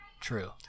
True